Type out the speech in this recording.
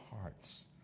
hearts